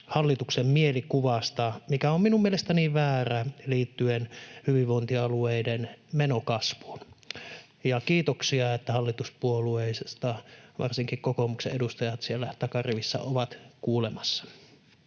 hallituksen mielikuvasta, mikä on minun mielestäni väärä, liittyen hyvinvointialueiden menokasvuun. — Ja kiitoksia, että hallituspuolueista varsinkin kokoomuksen edustajat siellä takarivissä ovat kuulemassa.